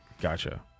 gotcha